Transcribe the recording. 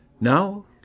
Now